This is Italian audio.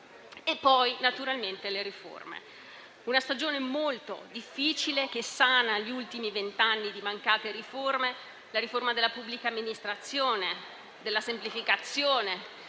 Poi, naturalmente ci sono le riforme. Una stagione molto difficile, che sana gli ultimi venti anni di mancate riforme. La riforma della pubblica amministrazione e la semplificazione